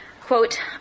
quote